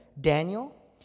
Daniel